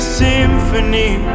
symphony